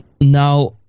Now